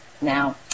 Now